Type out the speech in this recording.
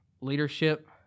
leadership